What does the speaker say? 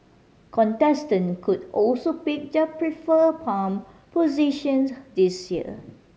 contestant could also pick their preferred palm positions this year